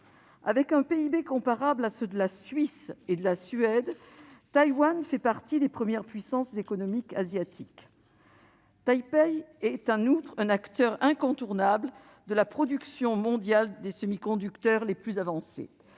Avec un PIB comparable à celui de la Suisse ou de la Suède, Taïwan fait partie des premières puissances économiques asiatiques. Taipei est en outre un acteur incontournable de la production mondiale des semi-conducteurs les plus avancés.